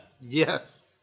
Yes